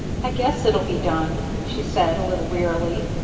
i guess it'll be done, she said, little wearily.